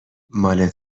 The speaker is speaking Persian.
مال